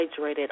hydrated